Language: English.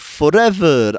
forever